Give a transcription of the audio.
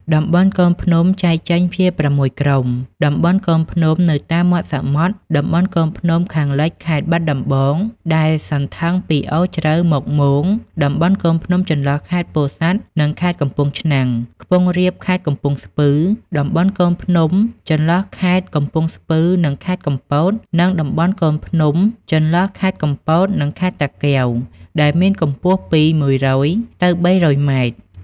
តំបន់កូនភ្នំចែកចេញជា ៦ ក្រុមគឺ តំបន់កូនភ្នំនៅតាមមាត់សមុទ្រ តំបន់កូនភ្នំខាងលិចខេត្តបាត់ដំបង ដែលសន្ធឹងពីអូរជ្រៅមកមោង តំបន់កូនភ្នំចន្លោះខេត្តពោធិសាត់និងខេត្តកំពង់ឆ្នាំង ខ្ពង់រាបខេត្តកំពង់ស្ពឺ តំបន់កូនភ្នំចន្លោះរខេត្តកំពង់ស្ពឺនិងខេត្តកំពត និង តំបន់កូនភ្នំចន្លោះខេត្តកំពតនិងខេត្តតាកែវ ដែលមានកម្ពស់ពី ១០០ ទៅ ៣០០ ម៉ែត្រ។